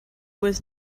was